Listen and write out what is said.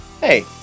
hey